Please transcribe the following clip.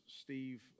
Steve